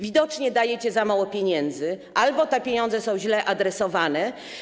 Widocznie dajecie za mało pieniędzy albo te pieniądze są źle adresowane.